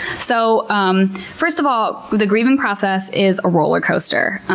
so um first of all the grieving process is a rollercoaster.